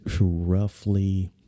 roughly